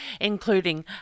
including